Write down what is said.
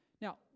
Now